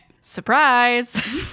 Surprise